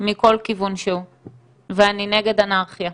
מכל כיוון שהוא ואני נגד אנרכיה.